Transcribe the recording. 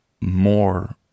more